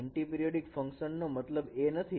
antiperiodic function નો મતલબ એ નથી